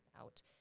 out